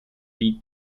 die